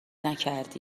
نکردی